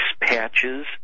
patches